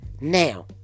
Now